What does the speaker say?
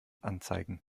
anzeigen